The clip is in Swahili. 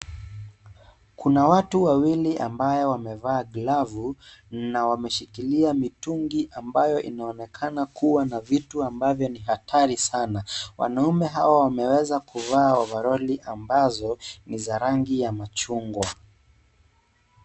Kuna watu wawili ambao wamevaa glavu na wameshikilia mitungi ambayo inaonekana kuwa na vitu ambavyo ni hatari sana wanaume hawa wameweza kuvaa ovaroli ambazo ni za rangi ya machungwa.